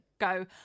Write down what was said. go